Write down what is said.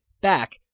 back